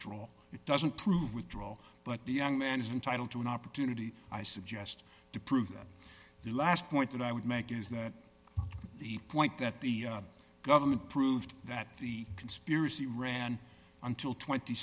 drawal it doesn't prove withdrawal but the young man is entitled to an opportunity i suggest to prove that the last point that i would make is that the point that the government proved that the conspiracy ran until tw